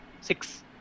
Six